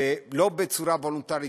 ולא בצורה וולונטרית,